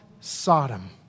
Sodom